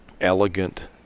elegant